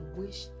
wish